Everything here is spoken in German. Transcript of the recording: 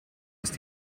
ist